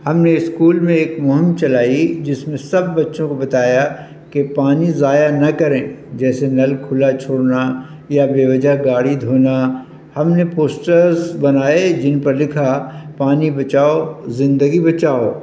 ہم نے اسکول میں ایک مہم چلائی جس میں سب بچوں کو بتایا کہ پانی ضائع نہ کریں جیسے نل کھلا چھوڑنا یا بے وجہ گاڑی دھونا ہم نے پوسٹرس بنائے جن پر لکھا پانی بچاؤ زندگی بچاؤ